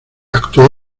actuó